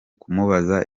kumubaza